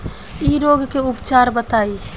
इ रोग के उपचार बताई?